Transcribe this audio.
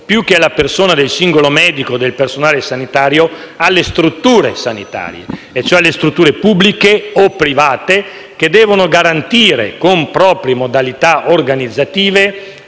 più che alla persona del singolo medico o del personale sanitario, alle strutture sanitarie, e cioè alle strutture pubbliche o private che devono garantire «con proprie modalità organizzative